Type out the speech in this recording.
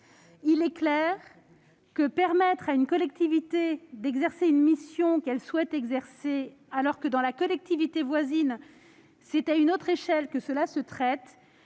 le fait de permettre à une collectivité d'exercer une mission qu'elle souhaite exercer alors que, dans la collectivité voisine, c'est à un autre échelon que l'affaire se traite,